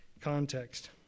context